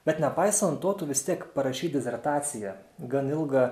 bet nepaisant to tu vis tiek parašei disertaciją gan ilgą